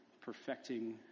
perfecting